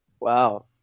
Wow